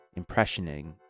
impressioning